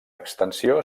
extensió